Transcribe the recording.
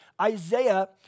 Isaiah